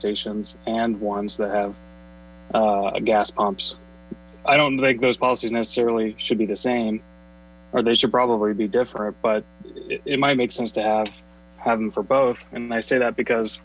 stations and ones that have a gas pumps i don't think those policies necessarily should be the same they should probably be different but it might make sense to have having for both and they say that because